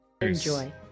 Enjoy